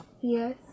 Yes